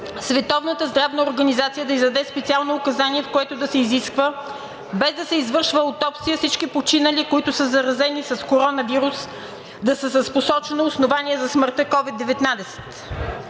Световната здравна организация да издаде специално указание, в което да се изисква, без да се извършва аутопсия, всички починали, които са заразени с коронавирус, да са с посочено основание за смъртта COVID-19?